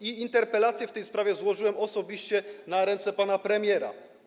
Interpelację w tej sprawie złożyłem osobiście na ręce pana premiera.